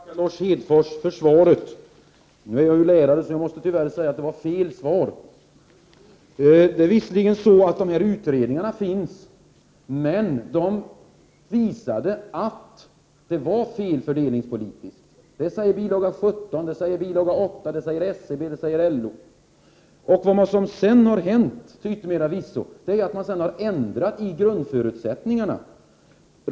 Fru talman! Jag vill tacka Lars Hedfors för svaret. Eftersom jag är lärare, måste jag tyvärr säga att det var fel svar. Utredningarna finns visserligen, men de visade att detta var fel i fördelningspolitiskt avseende. Det säger bil. 17, bil. 8, SCB och LO. Till yttermera visso har man sedan ändrat grundförutsättningarna.